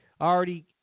already